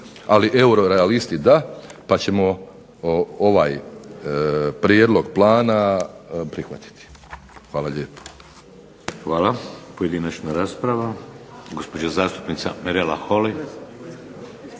ali eurorealisti da, pa ćemo ovaj prijedlog plana prihvatiti. Hvala lijepo. **Šeks, Vladimir (HDZ)** Hvala. Pojedinačna rasprava. Gospođa zastupnica Mirela Holy.